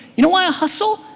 you know why i hustle?